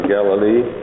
Galilee